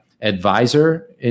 advisor